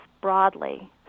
broadly